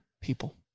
people